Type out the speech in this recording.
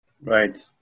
Right